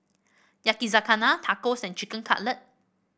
Yakizakana Tacos and Chicken Cutlet